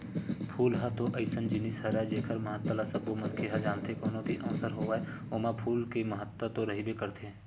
फूल ह तो अइसन जिनिस हरय जेखर महत्ता ल सबो मनखे ह जानथे, कोनो भी अवसर होवय ओमा फूल के महत्ता तो रहिबे करथे